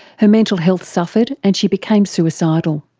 her mental health suffered and she became suicidal.